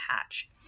hatch